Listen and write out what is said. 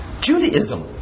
Judaism